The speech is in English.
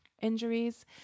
injuries